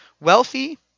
Wealthy